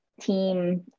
team